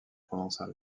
provençal